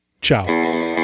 ciao